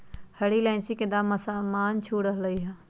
हरी इलायची के दाम आसमान छू रहलय हई